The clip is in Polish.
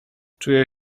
czuję